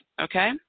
okay